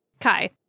Kai